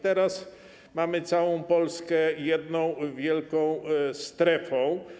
Teraz mamy całą Polskę jako jedną wielką strefę.